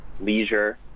leisure